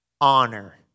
honor